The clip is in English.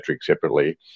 separately